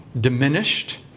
diminished